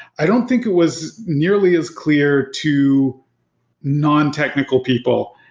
i don't think it was nearly as clear to non technical people.